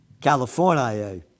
California